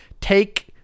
take